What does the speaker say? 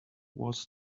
was